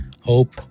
Hope